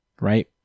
right